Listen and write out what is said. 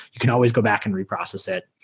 you can always go back and reprocess it.